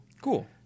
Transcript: Cool